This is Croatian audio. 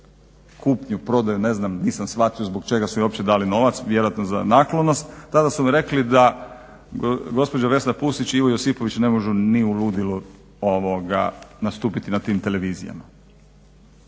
kupnju, prodaju, ne znam, nisam shvatio zbog čega su joj uopće dali novac, vjerojatno za naklonost tada su mi rekli da gospođa Vesna Pusić i Ivo Josipović ne mogu ni u ludilu nastupiti na tim televizijama,